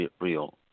real